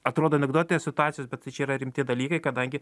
atrodo anekdotinės situacijos bet tai čia yra rimti dalykai kadangi